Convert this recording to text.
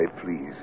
please